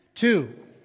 Two